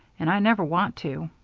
and i never want to.